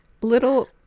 little